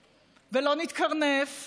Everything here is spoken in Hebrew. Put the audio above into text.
בבקשה, אני מתכבד להזמין